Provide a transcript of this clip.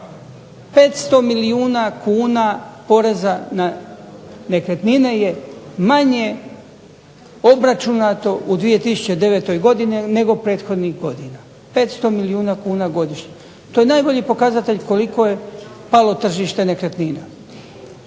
500 milijuna kuna poreza na nekretnine je manje obračunato u 2009. godini nego u prethodnih godina. 500 milijuna kuna godišnje. To je najbolji pokazatelj koliko je palo tržište nekretnina.